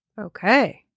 Okay